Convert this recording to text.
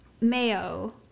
mayo